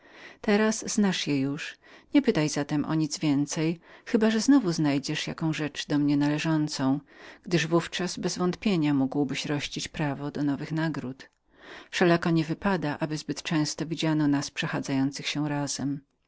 teraz znasz je pan niepytaj się zatem o nic więcej chybabyś znowu znalazł jaką rzecz do mnie należącą gdyż w ówczas bezwątpienia znowu rościłbyś prawo do nowych nagród wszelako nie wypada aby nas widziano przechadzających się razem